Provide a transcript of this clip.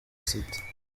sita